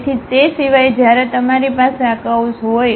તેથી તે સિવાય જ્યારે તમારી પાસે આકર્વ્સ હોય